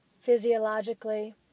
physiologically